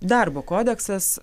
darbo kodeksas